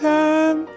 time